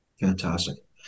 Fantastic